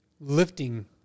lifting